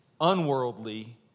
unworldly